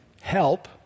help